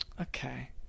okay